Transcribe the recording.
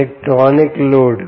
electronic load